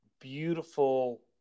Beautiful